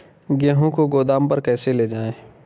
गेहूँ को गोदाम पर कैसे लेकर जाएँ?